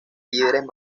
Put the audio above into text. líderes